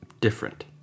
different